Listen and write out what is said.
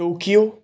Tokyo